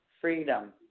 freedom